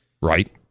right